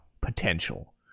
potential